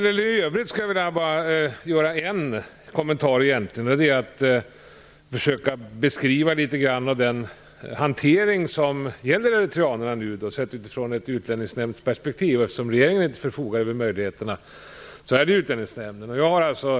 Jag skulle för övrigt bara vilja försöka beskriva den hantering som gäller eritreanerna, sett utifrån ett utlänningsnämndsperspektiv. Det är inte regeringen utan Utlänningsnämnden som förfogar över möjligheterna.